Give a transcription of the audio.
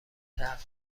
تحقق